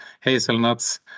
hazelnuts